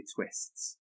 twists